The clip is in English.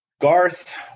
garth